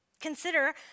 Consider